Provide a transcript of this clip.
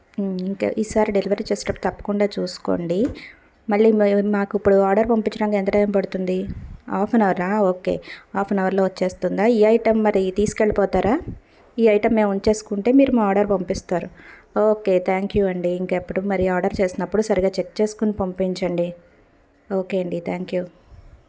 ఇంకా ఈసారి డెలివరీ చేసేటప్పుడు తప్పకుండా చూసుకోండి మళ్ళీ మాకు ఇప్పుడు ఆర్డర్ పంపించడానికి ఎంత టైం పడుతుంది ఆఫెన్ అవర్ ఓకే ఆఫెన్ అవర్లో వచ్చేస్తుందా ఈ ఐటెం మరి తీసుకెళ్ళిపోతారా ఈ ఐటమ్ మేము ఉంచేసుకుంటే మీరు మా ఆర్డర్ పంపిస్తారు ఓకే థ్యాంక్ యూ అండి ఇంకెప్పుడు మరి ఆర్డర్ చేసినప్పుడు సరిగా చెక్ చేసుకుని పంపించండి ఓకే అండి థ్యాంక్ యూ